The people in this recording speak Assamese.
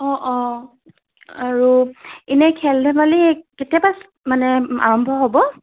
অঁ অঁ আৰু ইনেই খেল ধেমালি কেতিয়াৰপৰা মানে আৰম্ভ হ'ব